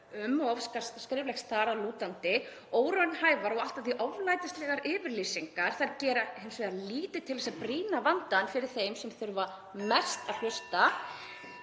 óskað skriflegs svars þar að lútandi. Óraunhæfar og allt að því oflætislegar yfirlýsingar gera hins vegar lítið til að brýna vandann fyrir þeim sem þurfa mest að hlusta.